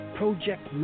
project